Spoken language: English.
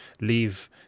leave